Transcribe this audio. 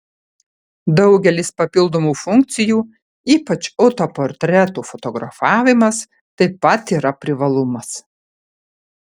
daugelis papildomų funkcijų ypač autoportretų fotografavimas taip pat yra privalumas